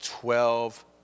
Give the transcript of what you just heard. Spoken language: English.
Twelve